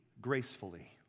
gracefully